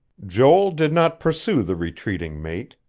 joel did not pursue the retreating mate.